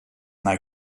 nei